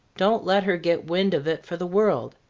don't let her get wind of it for the world!